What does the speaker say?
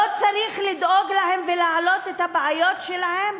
לא צריך לדאוג להם ולהעלות את הבעיות שלהם,